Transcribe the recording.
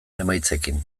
emaitzekin